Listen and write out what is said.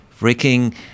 freaking